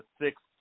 six